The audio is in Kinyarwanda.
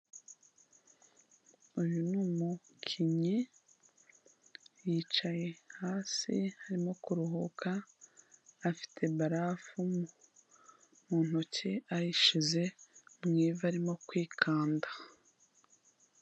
Uyu ni umukinnyi, yicaye hasi arimo kuruhuka, afite barafu mu ntoki ayishize mu ivi arimo kwikanda.